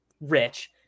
rich